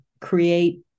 create